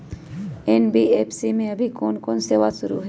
NBFC में अभी कोन कोन सेवा शुरु हई?